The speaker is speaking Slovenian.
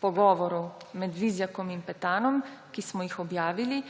pogovorov med Vizjakom in Petanom, ki smo jih objavili,